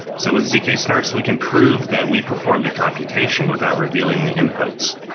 so zk-snarks, we can prove that we perform the computation without revealing the inputs.